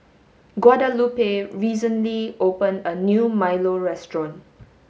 Guadalupe recently opened a new milo restaurant